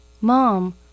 Mom